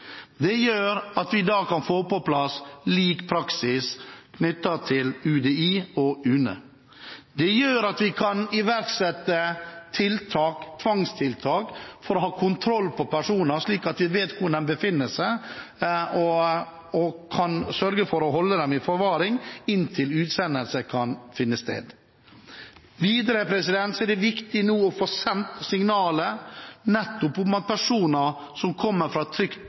Det gjør at vi kan få på plass lik praksis overfor UDI og UNE. Det gjør at vi kan iverksette tvangstiltak for å ha kontroll på personer, slik at vi vet hvor de befinner seg, og kan sørge for å holde dem i forvaring inntil utsendelse kan finne sted. Videre er det viktig nå å få sendt signaler om at personer som kommer fra et trygt